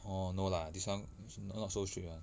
orh no lah this one not strict lah